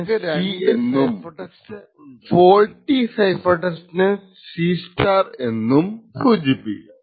fault free cipher ടെക്സ്റ്റിനെ C എന്നും faulty cipher ടെക്സ്റ്റിനെ C എന്നും സൂചിപ്പിക്കാം